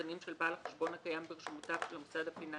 המעודכנים של בעל החשבון הקיים ברשומותיו של המוסד הפיננסי